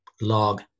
log